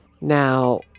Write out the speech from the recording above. Now